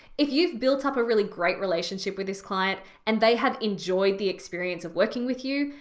if you've built up a really great relationship with this client and they have enjoyed the experience of working with you,